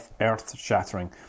earth-shattering